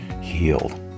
healed